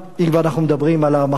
אם כבר אנחנו מדברים על המחלוקת,